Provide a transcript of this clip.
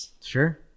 sure